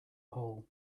hole